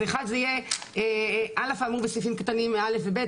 אז אחד זה יהיה א' האמור בסעיפים קטנים א' ו- ב',